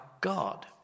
God